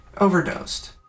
overdosed